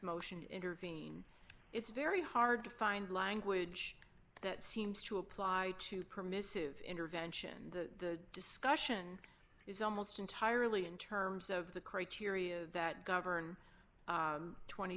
motion to intervene it's very hard to find language seems to apply to permissive intervention the discussion is almost entirely in terms of the criteria that govern twenty